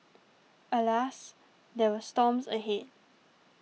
alas there were storms ahead